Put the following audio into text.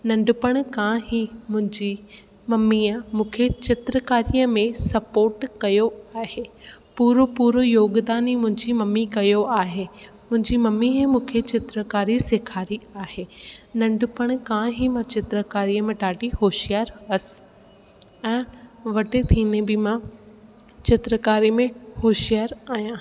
नंढपण खां ई मुंहिंजी मम्मीअ मूंखे चित्रकारीअ में सपोट कयो आहे पूरो पूरो योगदानु ई मुंहिंजी मम्मी कयो आहे मुंहिंजी मम्मी ई मूंखे चित्रकारी सेखारी आहे नंढपण खां ई मां चित्रकारीअ में ॾाढी होशियारु हुअसि ऐं वॾे थींदी मां चित्रकारी में होशियारु आहियां